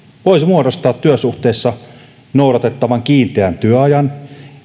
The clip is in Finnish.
voisi muodostaa työsuhteessa noudatettavan kiinteän työajan